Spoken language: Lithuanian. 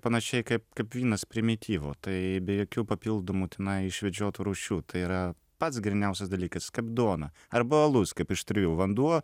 panašiai kaip kaip vynas primityvo tai be jokių papildomų tenai išvedžiotų rūšių tai yra pats gryniausias dalykas kaip duona arba alus kaip iš trijų vanduo